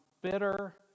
bitter